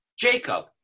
Jacob